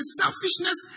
selfishness